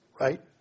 right